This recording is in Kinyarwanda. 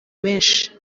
benshi